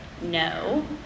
No